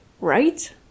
right